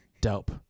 Dope